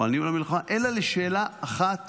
אלא על שאלה אחת